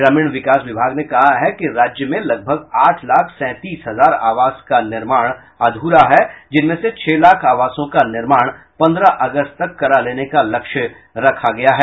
ग्रामीण विकास विभाग ने कहा है कि राज्य में लगभग आठ लाख सैंतीस हजार आवास का निर्माण अध्रा है जिनमें से छह लाख आवासों का निर्माण पंद्रह अगस्त तक करा लेने का लक्ष्य रखा गया है